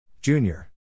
Junior